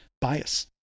bias